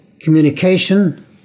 communication